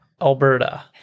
Alberta